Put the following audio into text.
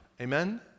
Amen